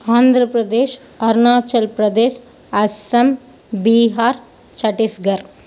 Andhra Pradesh Arunachal Pradesh Assam Bihar Chhattisgarh